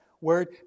word